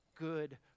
Good